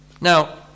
Now